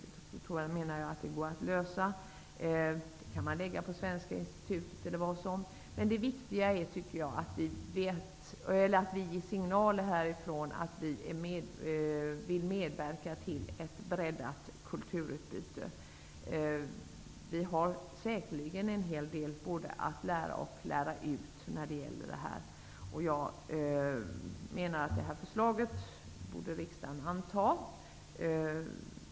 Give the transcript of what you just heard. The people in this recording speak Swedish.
Jag menar att den frågan går att lösa. Man kan lägga uppgiften på Svenska Institutet eller något annat organ. Det viktiga är enligt min mening att vi ger signaler om att vi vill medverka till ett breddat kulturutbyte. Vi har säkerligen en hel del att lära och att lära ut. Jag menar att riksdagen borde anta detta förslag.